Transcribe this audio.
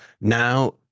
now